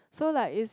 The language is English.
so like is